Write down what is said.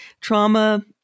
trauma